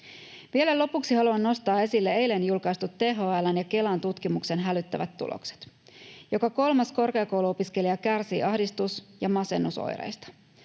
Vielä lopuksi haluan nostaa esille eilen julkaistun THL:n ja Kelan tutkimuksen hälyttävät tulokset. Joka kolmas korkeakouluopiskelija kärsii ahdistus- ja masennusoireista.